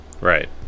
Right